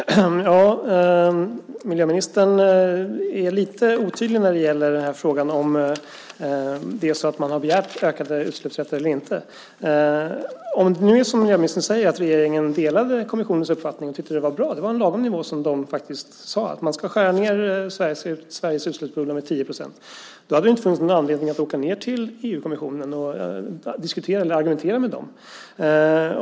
Herr talman! Miljöministern är lite otydlig när det gäller frågan om man har begärt utökade utsläppsrätter eller inte. Det kanske är som miljöministern säger - att regeringen delade kommissionens uppfattning och tyckte att den var bra. Regeringen kanske tyckte att det var lagom nivå som kommissionen angav när man sade att man ska skära ned Sveriges utsläppsbubbla med 10 %. Då hade det ju inte funnits någon anledning att åka ned till EU-kommissionen och argumentera med den.